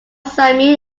samuel